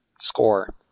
score